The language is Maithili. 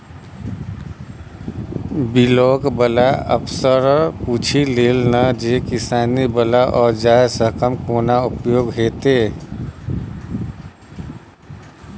बिलॉक बला अफसरसँ पुछि लए ना जे किसानी बला औजार सबहक कोना उपयोग हेतै?